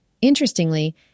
interestingly